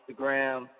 instagram